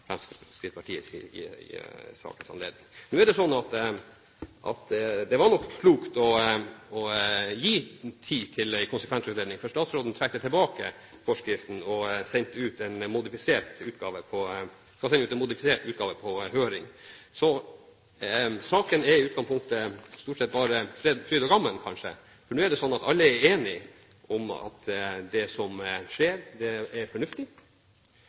Fremskrittspartiet i sakens anledning. Det var nok klokt å gi tid til konsekvensutredning, for statsråden trekker nå tilbake forskriften og har sendt ut en modifisert utgave på høring. Så saken er i utgangspunktet stort sett bare fryd og gammen, for nå er det sånn at alle er enige om at det som skjer, er fornuftig.